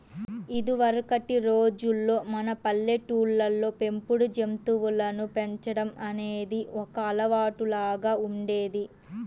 ఇదివరకటి రోజుల్లో మన పల్లెటూళ్ళల్లో పెంపుడు జంతువులను పెంచడం అనేది ఒక అలవాటులాగా ఉండేది